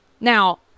Now